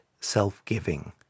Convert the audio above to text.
self-giving